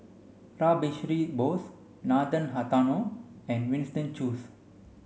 Rash Behari Bose Nathan Hartono and Winston Choos